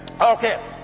Okay